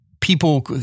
people